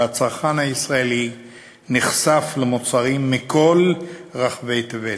והצרכן הישראלי נחשף למוצרים מכל רחבי תבל.